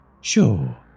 Sure